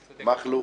מקבל.